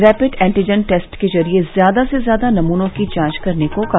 rapid antigen test के जरिए ज्यादा से ज्यादा नमूनों की जांच करने को कहा